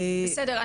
בסדר,